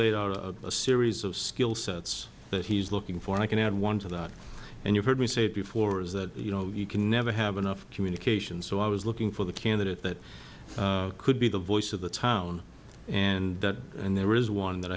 laid out a series of skill sets that he's looking for i can add one to that and you've heard me say before is that you know you can never have enough communication so i was looking for the candidate that could be the voice of the town and that and there is one that